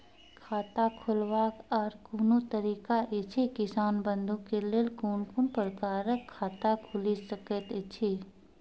खाता खोलवाक आर कूनू तरीका ऐछि, किसान बंधु के लेल कून कून प्रकारक खाता खूलि सकैत ऐछि?